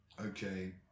okay